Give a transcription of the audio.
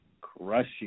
crushing